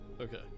Okay